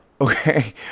okay